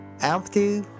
empty